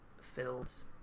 films